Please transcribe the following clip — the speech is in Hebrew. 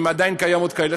אם עדיין קיימות כאלה,